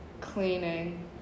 Cleaning